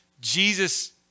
Jesus